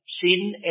sin